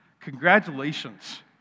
congratulations